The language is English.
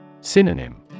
Synonym